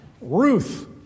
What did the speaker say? Ruth